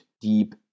deep